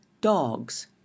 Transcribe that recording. dogs